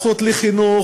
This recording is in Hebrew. הזכות לחינוך,